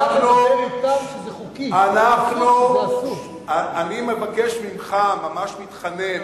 זה ניתן כשזה חוקי, אני מבקש ממך, ממש מתחנן,